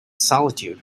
solitude